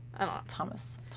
Thomas